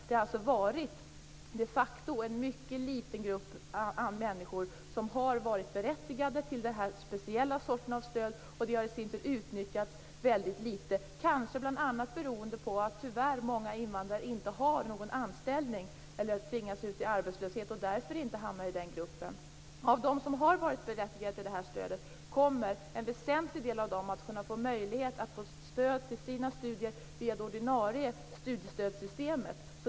Det har de facto varit en mycket liten grupp människor som har varit berättigade till det här speciella stödet. Det har i sin tur utnyttjats väldigt litet, kanske bl.a. beroende på att många invandrare tyvärr inte har någon anställning eller tvingas ut i arbetslöshet och därför inte hamnar i den gruppen. Av dem som har varit berättigade till det här stödet kommer en väsentlig del att kunna få stöd till sina studier via det ordinarie studiestödssystemet.